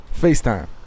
FaceTime